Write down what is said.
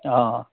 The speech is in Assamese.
অঁ